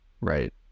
Right